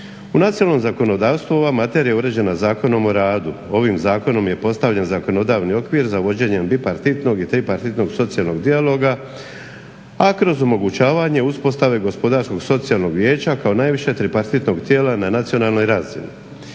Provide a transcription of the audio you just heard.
U nacionalnom zakonodavstvu ova materija je uređena Zakonom o radu, ovim zakonom je postavljen zakonodavni okvir za vođenje bipartitnog i tripartitnog socijalnog dijaloga. A kroz omogućavanje uspostave gospodarskog socijalnog vijeća kao najvišeg tripartitnog tijela na nacionalnoj razini.